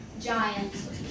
giant